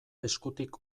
eskutik